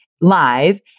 live